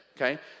okay